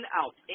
out